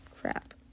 Crap